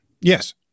Yes